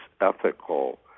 ethical